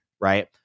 right